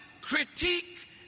critique